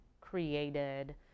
created